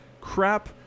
Crap